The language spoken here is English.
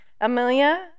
Amelia